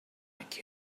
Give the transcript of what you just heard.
like